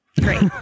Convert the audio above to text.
great